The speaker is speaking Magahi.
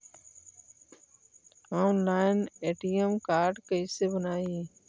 ऑनलाइन ए.टी.एम कार्ड कैसे बनाई?